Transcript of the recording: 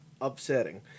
upsetting